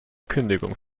kündigung